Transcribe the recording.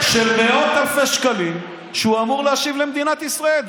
של מאות אלפי שקלים שהוא אמור להשיב למדינת ישראל.